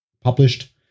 published